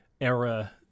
era